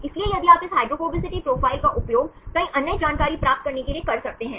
इसलिए यदि आप इस हाइड्रोफोबिसिटी प्रोफाइल का उपयोग कई अन्य जानकारी प्राप्त करने के लिए कर सकते हैं